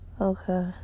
Okay